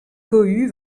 cohue